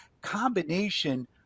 combination